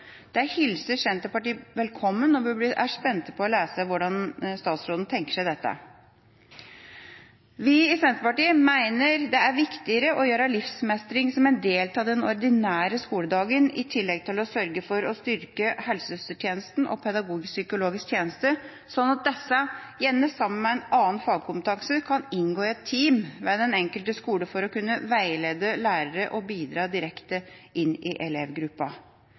Det hilser Senterpartiet velkommen, og vi er spent på å lese om hvordan statsråden tenker seg dette. Vi i Senterpartiet mener det er viktigere å gjøre livsmestring til en del av den ordinære skoledagen, i tillegg til å sørge for å styrke helsesøstertjenesten og pedagogisk-psykologisk tjeneste, slik at disse – gjerne sammen med annen fagkompetanse – kan inngå i et team ved den enkelte skole for å kunne veilede lærere og bidra direkte inn i elevgruppa.